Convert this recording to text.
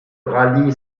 rallye